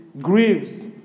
grieves